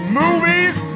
movies